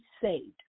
saved